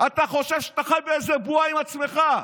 אתה חושב שאתה חי באיזו בועה עם עצמך.